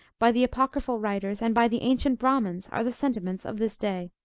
by the apocryphal writers, and by the ancient bramins, are the sentiments of this day.